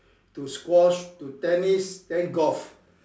to squash to tennis then golf